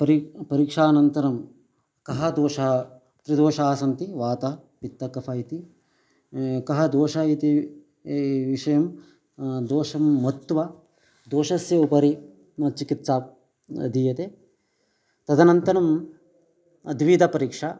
परि परीक्षानन्तरं कः दोषाः त्रिदोषाः सन्ति वातपित्तकफ इति कः दोषः इति विषयं दोषं मत्वा दोषस्य उपरि मम चिकित्सा दीयते तदनन्तरं द्विविधपरीक्षा